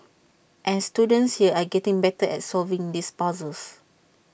and students here are getting better at solving these puzzles